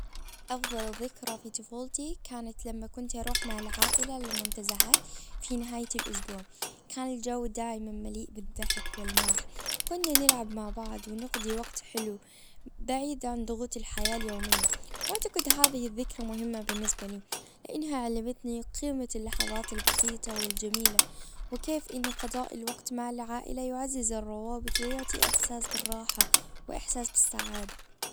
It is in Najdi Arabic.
افضل ذكرى في طفولتي كانت لما كنت اروح مع العائلة لمنتزهات في نهاية الاسبوع كان الجو دايما مليء بالضحك والمرح كنا نلعب مع بعض ونقضي وقت حلو بعيد عن ضغوط الحياة اليومية واعتقد هذه الذكرى مهمة بالنسبة لي لأنها علمتني قيمة اللحظات البسيطة والجميلة. وكيف ان فضاء الوقت مع العائلة يعزز الروابط ويعطي احساس بالراحة واحساس بالسعادة.